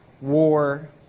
war